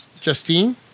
Justine